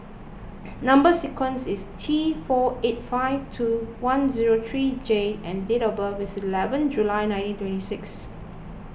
Number Sequence is T four eight five two one zero three J and date of birth is eleven July nineteen twenty six